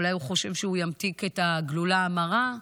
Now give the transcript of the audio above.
אולי הוא חושב שהוא ימתיק את הגלולה המרה?